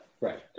right